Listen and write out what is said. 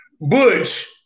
Butch